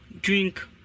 drink